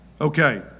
Okay